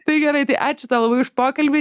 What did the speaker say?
tai gerai tai ačiū tau labai už pokalbį